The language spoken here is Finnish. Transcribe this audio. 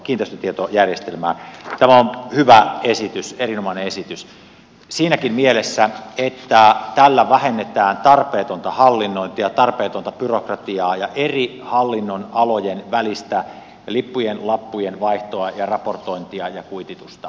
tämä on hyvä esitys erinomainen esitys siinäkin mielessä että tällä vähennetään tarpeetonta hallinnointia tarpeetonta byrokratiaa ja eri hallinnonalojen välistä lippujen lappujen vaihtoa ja raportointia ja kuititusta